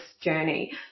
journey